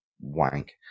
wank